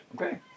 Okay